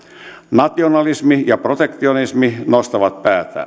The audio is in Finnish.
nationalismi ja protektionismi nostavat päätään